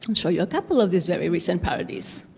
and show you a couple of these very recent parodies.